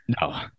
No